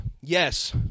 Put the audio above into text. yes